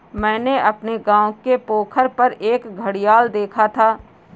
मैंने अपने गांव के पोखर पर एक घड़ियाल देखा था